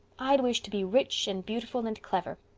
i'd wish to be rich and beautiful and clever.